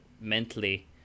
mentally